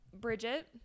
Bridget